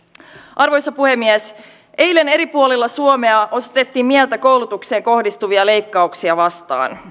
arvoisa puhemies eilen eri puolilla suomea osoitettiin mieltä koulutukseen kohdistuvia leikkauksia vastaan